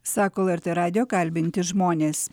sako lrt radijo kalbinti žmonės